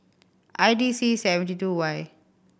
I D C seven two two Y